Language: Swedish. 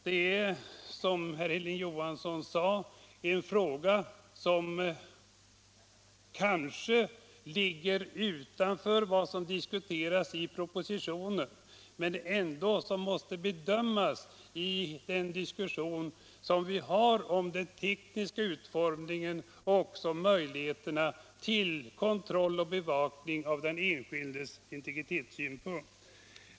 Det är, som herr Hilding Johansson sade, en fråga som kanske ligger utanför vad som diskuteras i propositionen men ändå måste bedömas i den diskussion som vi för om den tekniska utformningen och också om möjligheterna till kontroll och bevakning av den enskildes integritetsskydd.